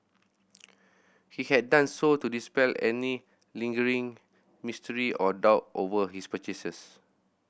he had done so to dispel any lingering mystery or doubt over his purchases